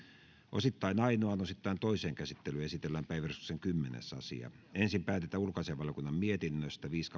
osittain ainoaan osittain toiseen käsittelyyn esitellään päiväjärjestyksen kymmenes asia ensin päätetään ulkoasiainvaliokunnan mietinnön viisi